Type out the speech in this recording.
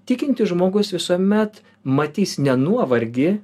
tikintis žmogus visuomet matys ne nuovargį